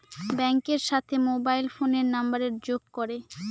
ব্যাঙ্কের সাথে মোবাইল ফোনের নাম্বারের যোগ করে